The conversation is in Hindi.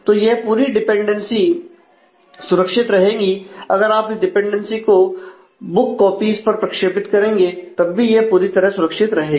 तो यह पूरी डिपेंडेंसी सुरक्षित रहेगी अगर आप इस डिपेंडेंसी को बुक कॉपीज पर प्रक्षेपित करेंगे तब भी यह पूरी तरह सुरक्षित रहेगी